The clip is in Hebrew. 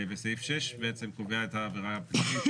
וסעיף 6 בעצם קובע את העבירה הפלילית